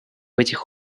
этих